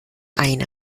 eine